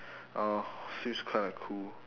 uh seems kind of cool